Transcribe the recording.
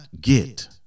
get